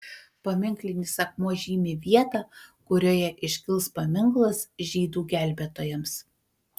paminklinis akmuo žymi vietą kurioje iškils paminklas žydų gelbėtojams